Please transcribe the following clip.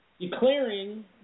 Declaring